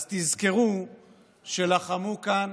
אז תזכרו שלחמו "כאן